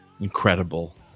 incredible